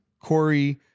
Corey